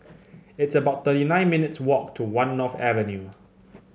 it's about thirty nine minutes' walk to One North Avenue